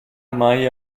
mai